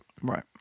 Right